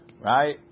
Right